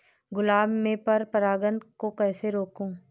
गुलाब में पर परागन को कैसे रोकुं?